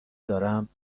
دارم